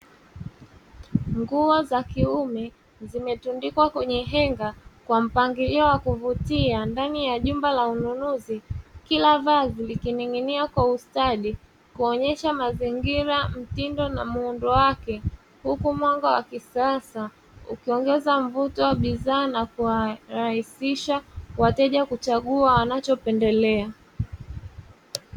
Nguo za kiume zimetundikwa kwenye henga kwa mpangilio wa kuvutia ndani ya jumba la ununuzi. Kila vazi likining'inia kwa ustadi kuonyesha mazingira, mtindo na muundo wake huku mwanga wa kisasa ukiongeza mvuto wa bidhaa na kurahisisha wateja kuchagua wanachopendelea.